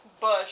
bush